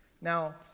Now